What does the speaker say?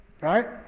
right